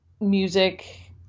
music